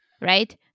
right